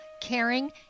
caring